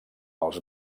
els